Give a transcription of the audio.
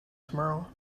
tomorrow